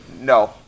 no